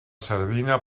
sardina